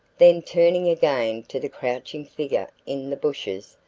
then turning again to the crouching figure in the bushes,